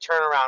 turnaround